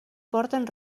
porten